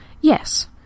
Yes